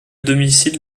domicile